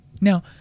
Now